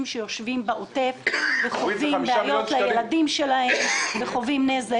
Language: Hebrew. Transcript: שיושבים בעוטף וחווים בעיות לילדים שלהם וחווים נזק.